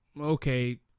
okay